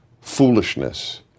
foolishness